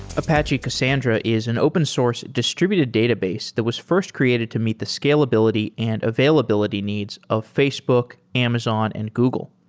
apache cassandra is an open source distributed database that was first created to meet the scalability and availability needs of facebook, amazon and google.